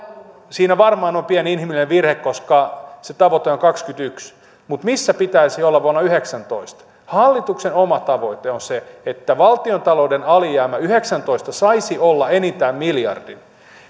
siinä varmaan on pieni inhimillinen virhe koska se tavoite on kaksituhattakaksikymmentäyksi mutta missä pitäisi olla vuonna yhdeksäntoista hallituksen oma tavoite on se että valtiontalouden alijäämä kaksituhattayhdeksäntoista saisi olla enintään